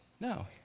no